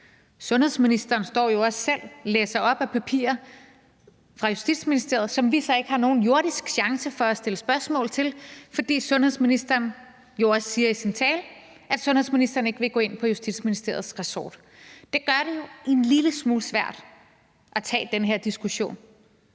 Sundhedsministeren står jo også selv og læser op af papirer fra Justitsministeriet, som vi så ikke har nogen jordisk chance for at stille spørgsmål til, fordi sundhedsministeren, som hun jo også siger i sin tale, ikke vil gå ind på Justitsministeriets ressort. Det gør det jo en lille smule svært at tage den her diskussion.